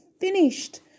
finished